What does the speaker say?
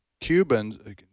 Cubans